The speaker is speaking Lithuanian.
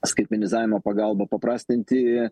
skaitmenizavimo pagalba paprastinti